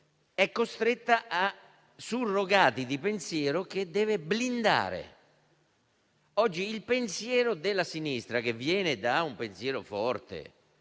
è costretta a surrogati di pensiero che deve blindare. Il pensiero della sinistra viene da un pensiero forte